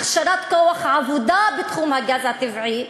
הכשרת כוח העבודה בתחום הגז הטבעי,